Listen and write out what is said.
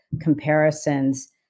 comparisons